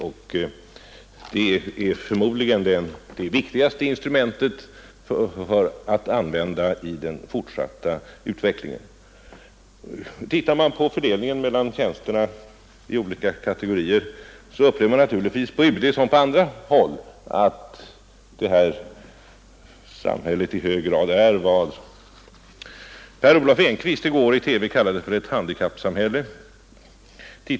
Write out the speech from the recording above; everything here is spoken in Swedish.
Avtalsförhandlingarna blir också i framtiden det viktigaste instrumentet för fortsatt utveckling i detta avseende. När man ser på könsfördelningen i olika kategorier av tjänster upplever man naturligtvis inom UD som på andra håll att detta samhälle i hög grad är vad Per Olov Enquist i går i TV kallade ett handikappssamhälle.